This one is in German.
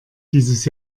dieses